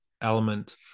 element